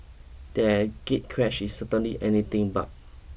their gatecrash is certainly anything but